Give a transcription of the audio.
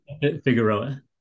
Figueroa